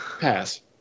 Pass